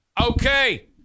Okay